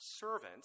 servants